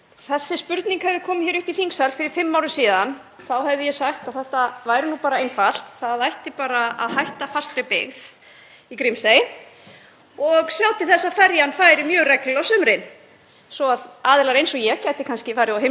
og sjá til þess að ferjan færi mjög reglulega á sumrin svo að aðilar eins og ég gætu kannski farið og heimsótt þennan undurfallega stað. Þetta er einn af fáum stöðum á landinu sem ég hef ekki komið til. En eftir að ég settist á þing hef ég sérstaklega farið að hafa mikinn áhuga á norðurslóðamálum